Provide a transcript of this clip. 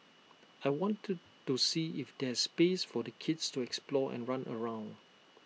I wanted to see if there's space for the kids to explore and run around